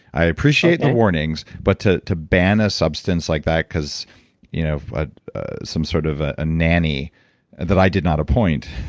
i appreciate the warnings, but to to ban a substance like that because you know ah some sort of a ah nanny and that i did not appoint